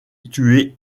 tué